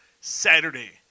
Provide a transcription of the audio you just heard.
Saturday